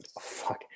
Fuck